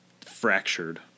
fractured